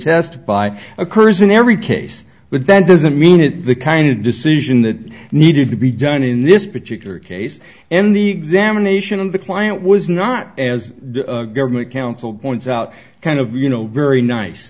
test by occurs in every case but that doesn't mean it's the kind of decision that needed to be done in this particular case and the examination of the client was not as the government counsel points out kind of you know very nice